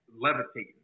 levitating